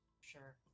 Sure